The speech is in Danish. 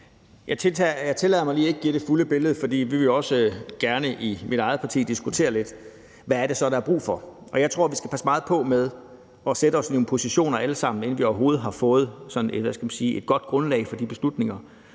Jeg tillader mig lige ikke at give det fulde billede, for vi vil jo i mit eget parti også gerne diskutere lidt, altså hvad det så er, der er brug for. Jeg tror, vi alle sammen skal passe meget på med at sætte os i nogle positioner, inden vi overhovedet har fået, hvad skal man sige, et godt grundlag for de beslutninger,